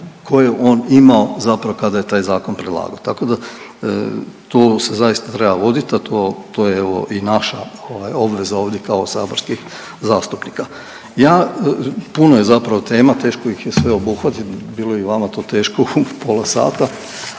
koje je on imao zapravo kada je taj zakon predlagao. Tako da to se zaista treba voditi, a to, to je evo i naša ovaj obveza ovdje kao saborskih zastupnika. Ja, puno je zapravo tema, teško ih sve obuhvatiti, bilo je i vama to teško u pola sata,